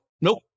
nope